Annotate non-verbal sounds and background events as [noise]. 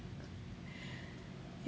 [laughs]